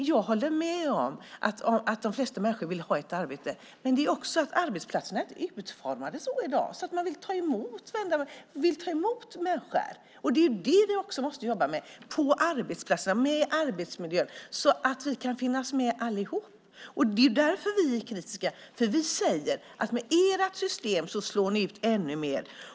Jag håller med om att de flesta människor vill ha ett arbete. Men arbetsplatserna är inte utformade så i dag att man vill ta emot människor. Vi måste arbeta med arbetsmiljön på arbetsplatserna så att vi kan finnas med allihop. Vi är kritiska för vi tror att med ert system slår ni ut ännu fler.